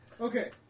Okay